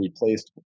replaced